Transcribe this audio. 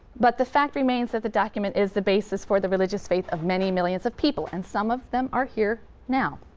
but the fact remains that the document is the basis for the religious faith of many millions of people, and some of them are here now.